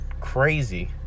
crazy